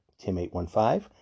Tim815